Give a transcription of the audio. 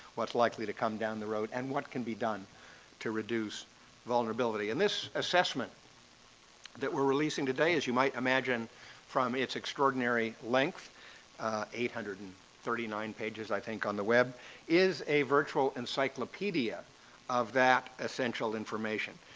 what's likely to come down the road, and what can be done to reduce vulnerability. and this assessment that we're releasing today, as you might imagine from its extraordinary length eight hundred and thirty nine pages, i think, on the web is a virtual encyclopedia of that essential information.